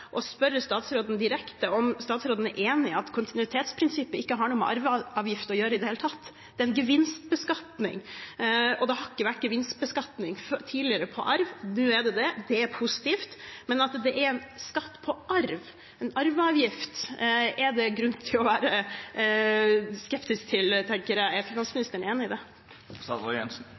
spørre statsråden direkte: Er statsråden enig i at kontinuitetsprinsippet ikke har noe med arveavgift å gjøre i det hele tatt? Det er en gevinstbeskatning. Det har tidligere ikke vært gevinstbeskatning på arv, nå er det det, og det er positivt. Men at det er en skatt på arv, en arveavgift, er det grunn til å være skeptisk til, tenker jeg. Er statsråden enig i det?